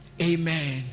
Amen